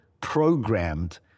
programmed